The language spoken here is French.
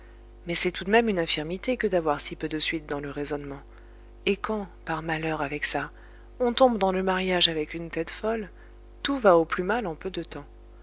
mais c'est tout de même une infirmité que d'avoir si peu de suite dans le raisonnement et quand par malheur avec ça on tombe dans le mariage avec une tête folle tout va au plus mal en peu de temps